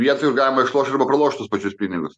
vietoj galima išloš arba pralošt tuos pačius pinigus